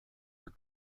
are